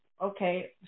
Okay